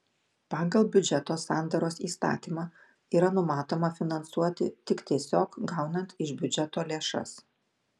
pagal biudžeto sandaros įstatymą yra numatoma finansuoti tik tiesiog gaunant iš biudžeto lėšas